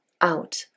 out